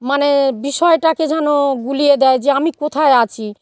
মানে বিষয়টাকে যেন গুলিয়ে দেয় যে আমি কোথায় আছি